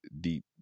deep